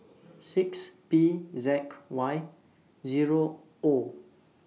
six P Z Y Zero O